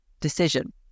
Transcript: decision